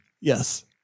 Yes